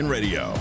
Radio